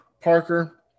Parker